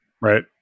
Right